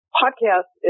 podcast